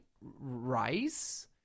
rice